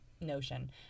notion